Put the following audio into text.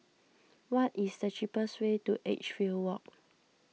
what is the cheapest way to Edgefield Walk